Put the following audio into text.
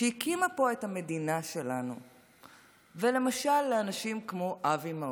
שהקימה פה את המדינה שלנו ולאנשים כמו אבי מעוז,